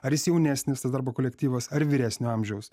ar jis jaunesnis tas darbo kolektyvas ar vyresnio amžiaus